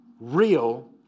real